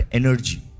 energy